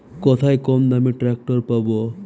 কোথায় কমদামে ট্রাকটার পাব?